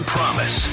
Promise